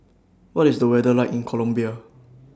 What IS The weather like in Colombia